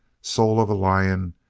soul of a lion,